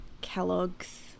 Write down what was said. Kellogg's